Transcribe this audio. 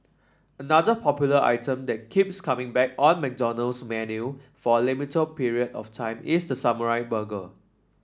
another popular item that keeps coming back on McDonald's menu for a limited period of time is the samurai burger